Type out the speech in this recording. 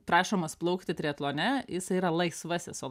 prašomas plaukti triatlone jisai yra laisvasis o